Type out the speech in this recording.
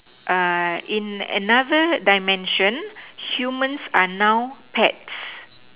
ah in another dimension humans are now pets